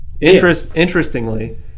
Interestingly